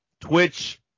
Twitch